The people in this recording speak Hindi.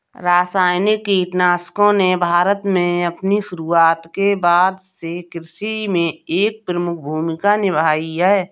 रासायनिक कीटनाशकों ने भारत में अपनी शुरूआत के बाद से कृषि में एक प्रमुख भूमिका निभाई हैं